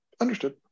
understood